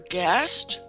guest